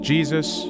Jesus